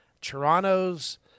Toronto's